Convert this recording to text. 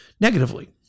negatively